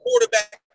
quarterback